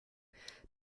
not